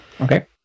Okay